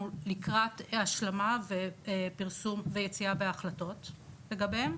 אנחנו לקראת ההשלמה ופרסום ויציאה בהחלטות לגביהן.